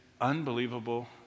unbelievable